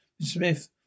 Smith